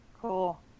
Cool